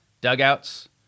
dugouts